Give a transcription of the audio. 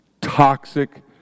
toxic